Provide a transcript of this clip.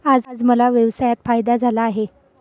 आज मला व्यवसायात फायदा झाला आहे